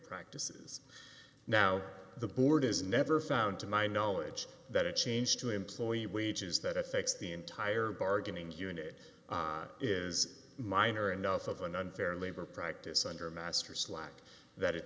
practices now the board is never found to my knowledge that a change to employee wages that affects the entire bargaining unit is minor enough of an unfair labor practice under master slack that it